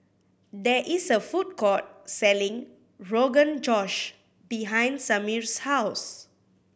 there is a food court selling Rogan Josh behind Samir's house